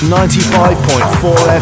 95.4